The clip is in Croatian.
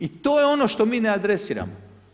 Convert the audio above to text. I to je ono što mi ne adresiramo.